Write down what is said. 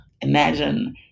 imagine